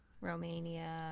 Romania